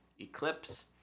Eclipse